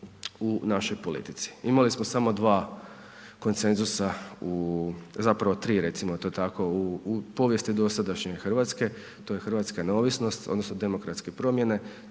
u našoj politici. Imali smo samo dva konsenzusa, zapravo tri recimo to tako u povijesti dosadašnje Hrvatske, to je hrvatska neovisnost odnosno demokratske promjene,